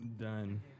Done